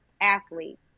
athlete